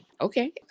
Okay